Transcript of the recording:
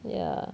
ya